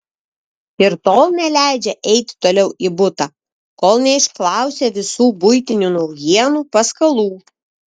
ir tol neleidžia eiti toliau į butą kol neišklausia visų buitinių naujienų paskalų